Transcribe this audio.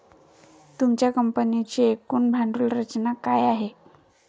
तुमच्या कंपनीची एकूण भांडवल रचना काय आहे?